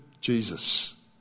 Jesus